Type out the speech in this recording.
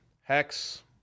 Hex